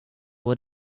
what